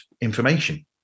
information